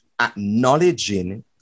acknowledging